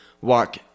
walk